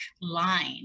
line